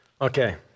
Okay